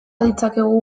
ditzakegu